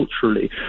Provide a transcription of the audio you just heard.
culturally